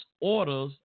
orders